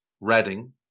Reading